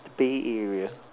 the Bay area